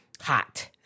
hot